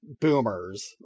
boomers